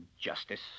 justice